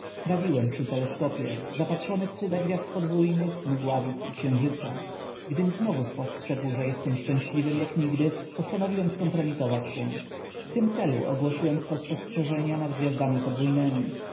trawiłem przy teleskopie zapatrzony w cuda gwiazd podwójnych mgławic i księżyca gdym znowu spostrzegł że jestem szczęśliwym jak nigdy postanowiłem skompromitować się w tym celu ogłosiłem swe spostrzeżenia nad gwiazdami